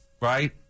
right